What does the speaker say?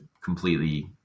completely